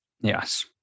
Yes